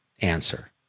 answer